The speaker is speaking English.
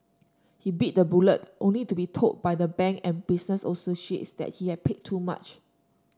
he bit the bullet only to be told by the bank and business associates that he had paid too much